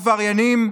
עבריינים?